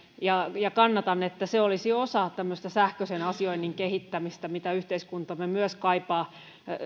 kannatan että se olisi osa tämmöistä sähköisen asioinnin kehittämistä mitä yhteiskuntamme myös kaipaa